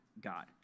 God